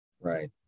right